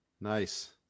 Nice